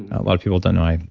a lot of people don't know,